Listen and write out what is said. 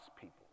people